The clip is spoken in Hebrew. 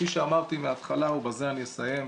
כפי שאמרתי מהתחלה ובזה אני אסיים,